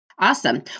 awesome